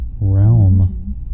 realm